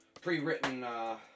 pre-written